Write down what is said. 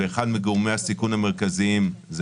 ואחד מגורמי הסיכון המרכזיים הוא